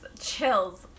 Chills